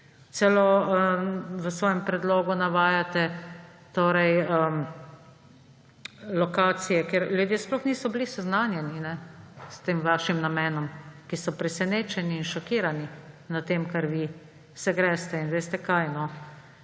Celo v svojem predlogu navajate lokacije, ker ljudje sploh niso bili seznanjeni s tem vašim namenom, ki so presenečeni in šokirani nad tem, kar se vi greste. In veste kaj, to,